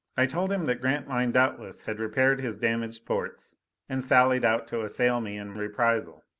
i told him that grantline doubtless had repaired his damaged ports and sallied out to assail me in reprisal.